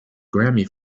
grammy